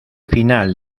final